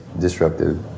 disruptive